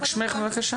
נשמח.